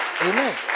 Amen